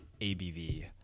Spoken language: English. ABV